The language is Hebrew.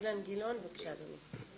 איתן, בבקשה אדוני.